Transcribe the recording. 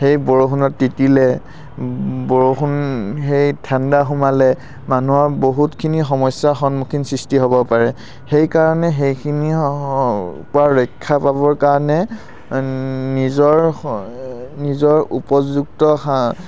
সেই বৰষুণত তিতিলে বৰষুণ সেই ঠাণ্ডা সোমালে মানুহৰ বহুতখিনি সমস্যাৰ সন্মুখীন সৃষ্টি হ'ব পাৰে সেইকাৰণে সেইখিনিৰপৰা ৰক্ষা পাবৰ কাৰণে নিজৰ নিজৰ উপযুক্ত সা